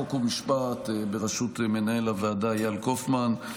חוק ומשפט בראשות מנהל הוועדה אייל קופמן,